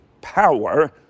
power